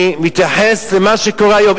אני מתייחס למה שקורה היום.